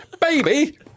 baby